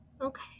okay